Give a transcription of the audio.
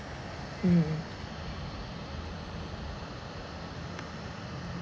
hmm